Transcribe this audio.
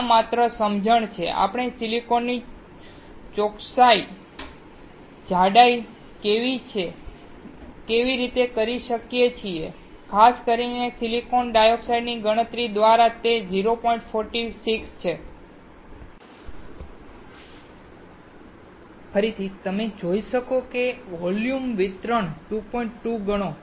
આ માત્ર સમજણ છે કે આપણે સિલિકોનની ચોક્કસ જાડાઈ કેવી રીતે કરી શકીએ ખાસ કરીને સિલિકોન ડાયોક્સાઈડની અને ગણતરી દ્વારા તે 0